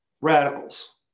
Radicals